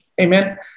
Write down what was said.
Amen